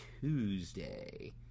Tuesday